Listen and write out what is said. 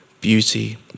beauty